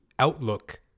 Outlook